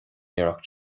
iarracht